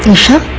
sure